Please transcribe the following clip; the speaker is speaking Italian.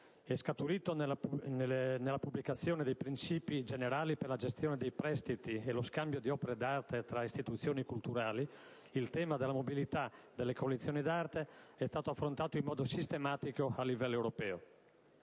scaturito nella pubblicazione dei «Principi generali per la gestione dei prestiti e lo scambio di opere d'arte tra istituzioni culturali», il tema della mobilità delle collezioni d'arte è stato affrontato in modo sistematico a livello europeo.